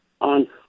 on